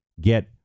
get